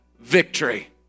victory